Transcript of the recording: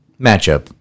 matchup